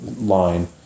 line